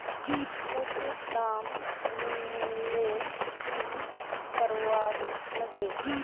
उचित दाम नि मिलले की करवार लगे?